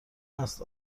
است